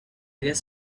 guess